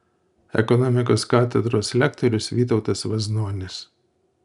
ekonomikos katedros lektorius vytautas vaznonis